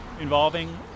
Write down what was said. involving